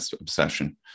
obsession